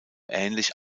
ähnlich